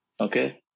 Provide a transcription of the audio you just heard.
okay